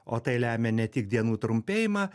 o tai lemia ne tik dienų trumpėjimą